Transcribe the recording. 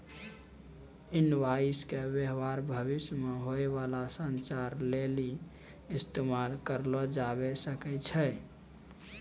invoice के व्य्वहार भविष्य मे होय बाला संचार लेली इस्तेमाल करलो जाबै सकै छै